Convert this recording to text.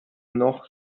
noch